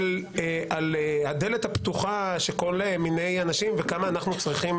על הדלת הפתוחה שכל מיני אנשים וכמה אנחנו צריכים